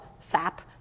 sap